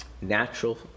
natural